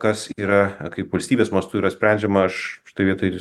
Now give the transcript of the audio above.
kas yra kaip valstybės mastu yra sprendžiama aš šitoj vietoj